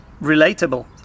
relatable